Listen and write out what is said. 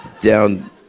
down